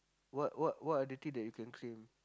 what what what are the thing that you can claim